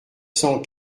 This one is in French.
cent